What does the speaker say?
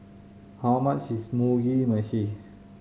how much is Mugi Meshi